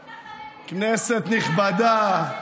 אלימות מתנחלים, כנסת נכבדה,